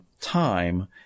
time